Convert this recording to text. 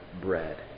bread